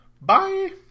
Bye